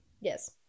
Yes